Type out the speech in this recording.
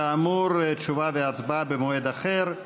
כאמור תשובה והצבעה במועד אחר.